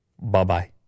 Bye-bye